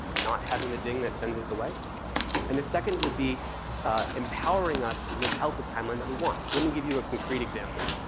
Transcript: not having the ding that sends us away and the second would be empowering us to live out the timeline that we want. so let me give you a concrete example.